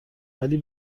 ولی